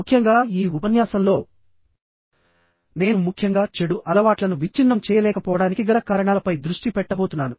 ముఖ్యంగా ఈ ఉపన్యాసంలో నేను ముఖ్యంగా చెడు అలవాట్ల ను విచ్ఛిన్నం చేయలేకపోవడానికి గల కారణాలపై దృష్టి పెట్టబోతున్నాను